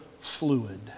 Fluid